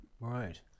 Right